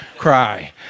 cry